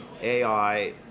AI